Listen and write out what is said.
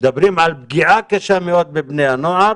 מדברים על פגיעה קשה מאוד בבני הנוער